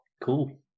Cool